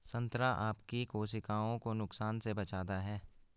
संतरा आपकी कोशिकाओं को नुकसान से बचाता है